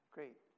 Great